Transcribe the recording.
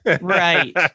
Right